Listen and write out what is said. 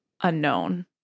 unknown